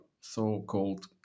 so-called